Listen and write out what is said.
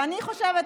ואני חושבת,